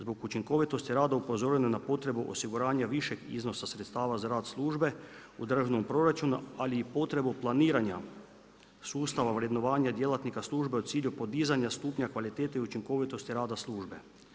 Zbog učinkovitosti rada upozoreno je na potrebe osiguranja višeg iznosa sredstava za rad službe u državnom proračunu, ali i potrebu planiranja sustava vrednovanja djelatnika službe u cilju podizanja stupnja kvalitete i učinkovitosti rada službe.